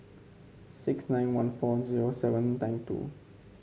six nine one four zero seven nine two